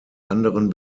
anderen